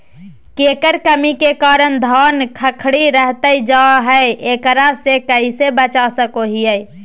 केकर कमी के कारण धान खखड़ी रहतई जा है, एकरा से कैसे बचा सको हियय?